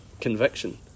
conviction